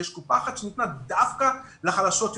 ויש קופה אחת שניתנה דווקא לחלשות יותר,